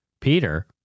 Peter